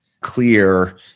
clear